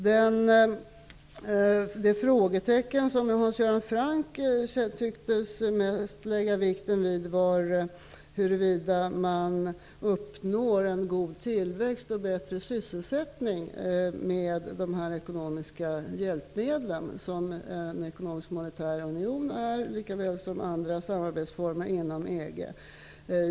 De frågetecken som Hans Göran Franck mest tycktes lägga vikten vid var huruvida man uppnår en god tillväxt och bättre sysselsättning med de ekonomiska hjälpmedel som en ekonomisk och monetär union och även andra samarbetsformer inom EG utgör.